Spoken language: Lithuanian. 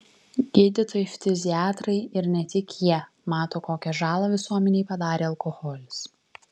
gydytojai ftiziatrai ir ne tik jie mato kokią žalą visuomenei padarė alkoholis